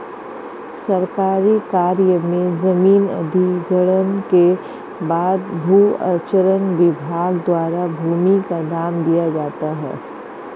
सरकारी कार्य में जमीन अधिग्रहण के बाद भू अर्जन विभाग द्वारा भूमि का दाम दिया जाता है